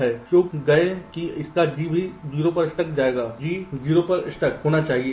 एक और फाल्ट है I चूक गए कि उनका G भी 0 पर स्टक जाएगा 0 पर स्टक G भी यहाँ होना चाहिए